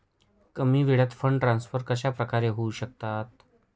कमी वेळात fund transfer कशाप्रकारे होऊ शकतात?